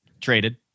Traded